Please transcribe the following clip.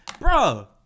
Bro